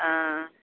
ஆ